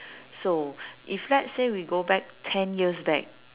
so if let's say we go back ten years back